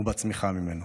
ובצמיחה ממנו.